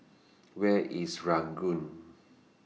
Where IS Ranggung